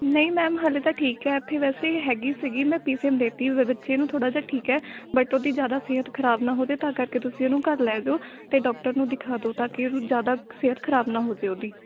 ਨਹੀਂ ਮੈਮ ਹਲੇ ਤਾਂ ਠੀਕ ਹੈ ਇੱਥੇ ਵੈਸੇ ਹੈਗੀ ਸੀਗੀ ਮੈਂ ਪੀ ਸੀ ਐਮ ਦੇ ਤੀ ਉਦੋਂ ਬੱਚੇ ਨੂੰ ਥੋੜ੍ਹਾ ਜਿਹਾ ਠੀਕ ਹੈ ਬਟ ਉਹਦੀ ਜ਼ਿਆਦਾ ਸਿਹਤ ਖਰਾਬ ਨਾ ਹੋਵੇ ਤਾਂ ਕਰਕੇ ਤੁਸੀਂ ਉਹਨੂੰ ਘਰ ਲੈ ਜਾਉ ਅਤੇ ਡਾਕਟਰ ਨੂੰ ਦਿਖਾ ਦਿਉ ਤਾਂ ਕਿ ਉਹਨੂੰ ਜ਼ਿਆਦਾ ਸਿਹਤ ਖਰਾਬ ਨਾ ਹੋ ਜਾਵੇ ਉਹਦੀ